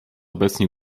obecni